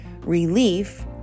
relief